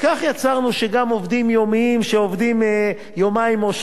כך יצרנו מצב שגם עובדים יומיים שעובדים יומיים-שלושה